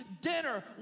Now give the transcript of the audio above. dinner